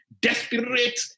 desperate